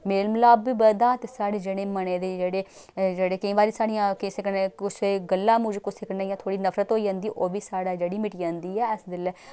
मेल मलाप बी बधदा ते साढ़े जेह्ड़े मने दे जेह्ड़े एह् जेह्ड़े केईं बारी साढ़ियां किस कन्नै कुसै गल्ला मुजब कुसै कन्नै इ'यां थोह्ड़ी नफरत होई जंदी ओह् बी साढ़े जेह्ड़ी मिटी जंदी ऐ अस जैल्लै